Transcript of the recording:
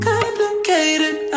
Complicated